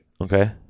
Okay